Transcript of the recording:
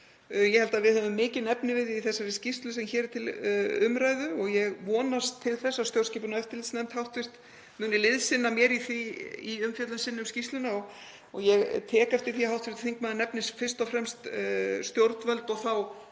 Ég held að við höfum mikinn efnivið í þessari skýrslu sem hér er til umræðu og ég vonast til þess að hv. stjórnskipunar- og eftirlitsnefnd muni liðsinna mér í því í umfjöllun sinni um skýrsluna. Ég tek eftir því að hv. þingmaður nefnir fyrst og fremst stjórnvöld og þá